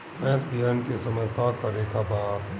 भैंस ब्यान के समय का करेके बा?